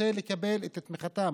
רוצה לקבל את תמיכתם.